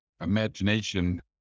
imagination